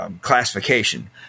classification